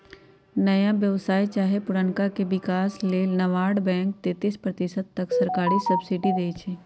नया व्यवसाय चाहे पुरनका के विकास लेल नाबार्ड बैंक तेतिस प्रतिशत तक सरकारी सब्सिडी देइ छइ